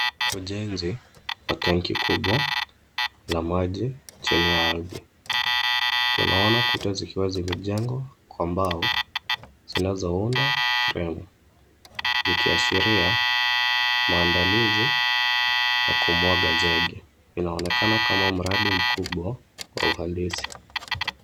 Ujenzi wa tanki kubwa la maji chini ya ardhi. Tunaona kuta zikiwa zimejengwa kwa mbao, zinazounda fremu zikiashiria maandalizi ya kumwaga zege. Inaonekana kama mradi mkubwa wa uhandisi.